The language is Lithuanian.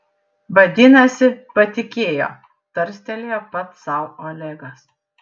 vadinasi patikėjo tarstelėjo pats sau olegas